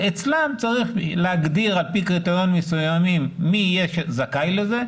ואצלם צריך להגדיר על פי קריטריונים מסויימים מי זכאי לזה,